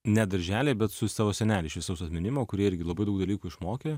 ne darželyje bet su savo seneliais šviesaus atminimo kurie irgi labai daug dalykų išmokė